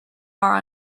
are